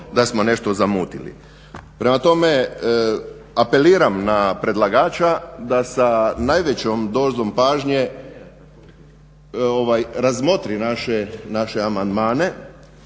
da smo nešto zamutili. Prema tome, apeliram na predlagača da sa najvećom dozom pažnje razmotri naše amandmane,